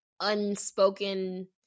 unspoken